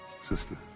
sister